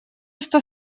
что